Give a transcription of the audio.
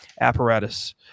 apparatus